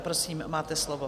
Prosím, máte slovo.